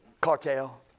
Cartel